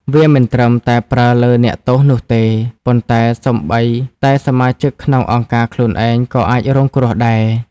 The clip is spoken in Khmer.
វាមិនត្រឹមតែប្រើលើអ្នកទោសនោះទេ ប៉ុន្តែសូម្បីតែសមាជិកក្នុងអង្គការខ្លួនឯងក៏អាចរងគ្រោះដែរ។